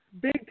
Big